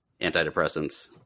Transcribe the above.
antidepressants